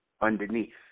underneath